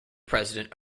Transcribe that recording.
president